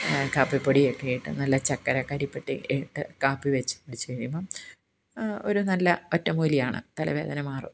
കാപ്പിപൊടിയൊക്കെ ഇട്ട് നല്ല ചക്കര കരിപ്പെട്ടി ഇട്ട് കാപ്പി വച്ച് കുടിച്ചു കഴിയുമ്പം ഒരു നല്ല ഒറ്റമൂലിയാണ് തലവേദന മാറും